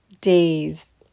days